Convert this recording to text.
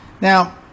Now